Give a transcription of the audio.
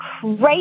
crazy